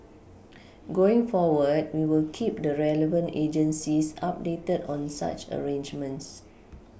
going forward we will keep the relevant agencies updated on such arrangements